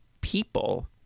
people